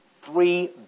three